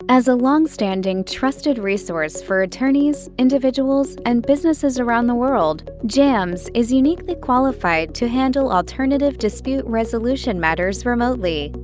as a long-standing, trusted resource for attorneys, individuals and businesses around the world jams is uniquely qualified to handle alternative dispute resolution matters remotely.